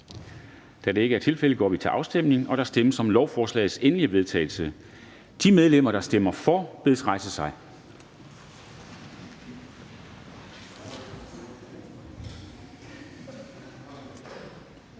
Fjerde næstformand (Trine Torp): Der stemmes om lovforslagets endelige vedtagelse. De medlemmer, der stemmer for, bedes rejse sig.